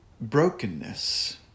brokenness